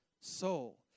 soul